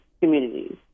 communities